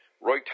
Roy